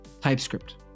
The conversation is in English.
TypeScript